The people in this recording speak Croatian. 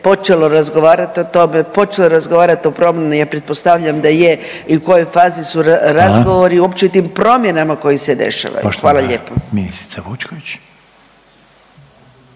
počelo razgovarati o tome, počelo razgovarat o promjeni? Ja pretpostavljam da je i u kojoj fazi su razgovori…/Upadica Reiner: Hvala/…uopće o tim promjenama koji se dešavaju? Hvala lijepa.